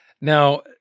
Now